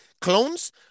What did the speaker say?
clones